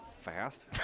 fast